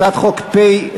הצעת חוק פ/515,